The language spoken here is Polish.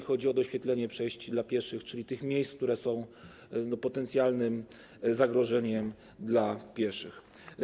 Chodzi o doświetlenie przejść dla pieszych, czyli tych miejsc, które są potencjalnym zagrożeniem dla pieszych.